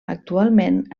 actualment